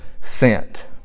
sent